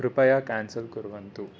कृपया क्यान्सेल् कुर्वन्तु